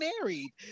married